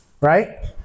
right